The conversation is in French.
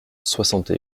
soixante